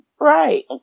Right